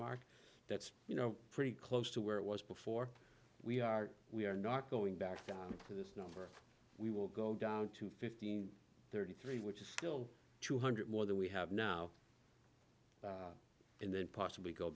mark that's you know pretty close to where it was before we are we are not going back down to this number we will go down to fifteen thirty three which is still two hundred more than we have now and then possibly go